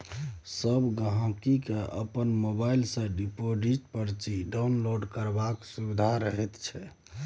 सब गहिंकी केँ अपन मोबाइल सँ डिपोजिट परची डाउनलोड करबाक सुभिता रहैत छै